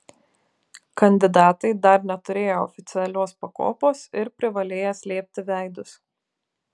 kandidatai dar neturėję oficialios pakopos ir privalėję slėpti veidus